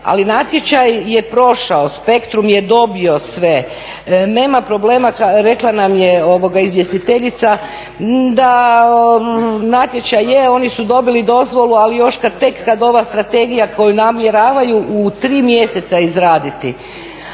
Ali natječaj je prošao, SPECTRUM je dobio sve. Nema problema rekla nam je izvjestiteljica da natječaj je, oni su dobili dozvolu ali tek kad ova strategija koju namjeravaju u tri mjeseca izraditi